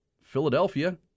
Philadelphia